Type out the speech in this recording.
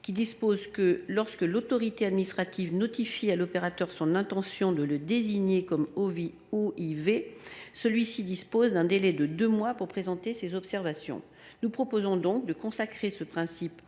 aux termes duquel, lorsque l’autorité administrative notifie à l’opérateur son intention de le désigner comme OIV, celui ci dispose d’un délai de deux mois pour présenter ses observations. Nous proposons de consacrer ce principe